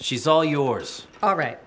she's all yours all right